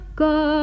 go